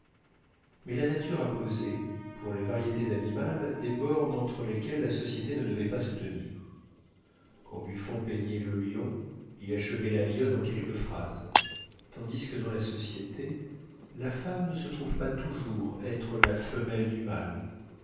mais la nature a posé pour les variétés animales des bornes entre lesquelles la société ne devait pas se tenir quand buffon peignait le lion il achevait la lionne en quelques phrases tandis que dans la société la femme ne se trouve pas toujours être la femelle du mâle